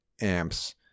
amps